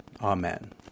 Amen